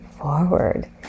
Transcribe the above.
forward